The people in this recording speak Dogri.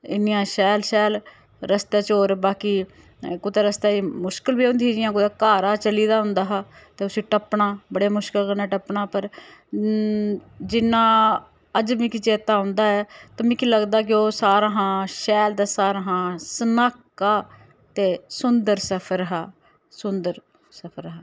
इन्नियां शैल शैल रस्तै च होर बाकी कुतै रस्तै च मुश्कल बी होंदी जियां घारा चली दा होंदा हा ते उसी टप्पना बड़े मुश्कल कन्नै टप्पना पर जिन्ना अज्ज मिकी चेता औंदा ऐ ते मिकी लगदा कि ओह् सारें हां शैल ते सारें हा सनाह्का ते सुंदर सफर हा सुंदर सफर हा